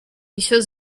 внесет